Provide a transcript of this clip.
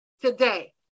today